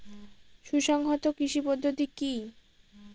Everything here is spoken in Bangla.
সুসংহত কৃষি পদ্ধতি কি?